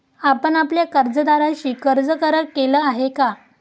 आपण आपल्या कर्जदाराशी कर्ज करार केला आहे का?